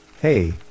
Hey